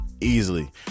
easily